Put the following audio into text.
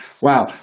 wow